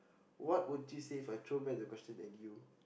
what would you say If I throw back the question at you